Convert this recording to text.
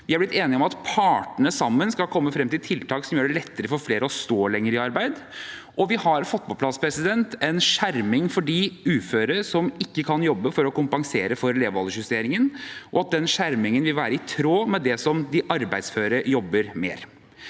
Vi har blitt enige om at partene sammen skal komme frem til tiltak som gjør det lettere for flere å stå lenger i arbeid, og vi har fått på plass en skjerming for de uføre som ikke kan jobbe for å kompensere for levealdersjusteringen, og at den skjermingen vil være i tråd med det som de arbeidsføre jobber mer.